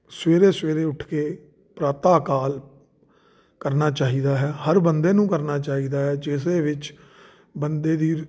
ਸਵੇਰੇ ਸਵੇਰੇ ਉੱਠ ਕੇ ਪ੍ਰਾਤਾਕਾਲ ਕਰਨਾ ਚਾਹੀਦਾ ਹੈ ਹਰ ਬੰਦੇ ਨੂੰ ਕਰਨਾ ਚਾਹੀਦਾ ਹੈ ਜਿਸ ਦੇ ਵਿੱਚ ਬੰਦੇ ਦੀ